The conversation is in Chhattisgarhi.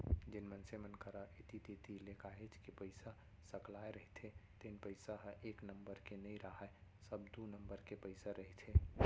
जेन मनसे मन करा ऐती तेती ले काहेच के पइसा सकलाय रहिथे तेन पइसा ह एक नंबर के नइ राहय सब दू नंबर के पइसा रहिथे